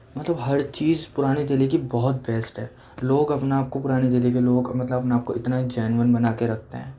مطلب ہر چیز پرانی دہلی کی بہت بیسٹ ہے لوگ اپنے آپ کو پرانی دہلی کے لوگ مطلب اپنے آپ کو اتنا جینوین بنا کے رکھتے ہیں